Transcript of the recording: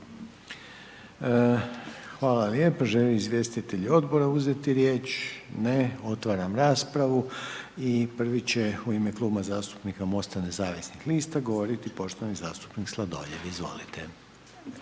Hvala lijepo. Žele li izvjestitelji odbora uzeti riječ? Ne, otvaram raspravu i prvi će u ime Kluba zastupnika MOST-a nezavisnih lista govoriti poštovani zastupnik Sladoljev, izvolite.